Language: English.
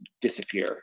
disappear